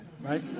right